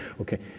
Okay